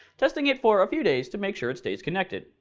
testing it for a few days to make sure it stays connected,